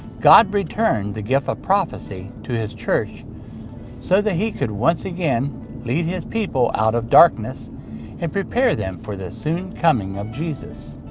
god returned the gift of prophecy to his church so that he could once again lead his people out of darkness and prepare them for the soon coming of jesus.